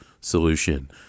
solution